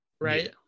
right